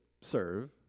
serve